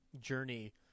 journey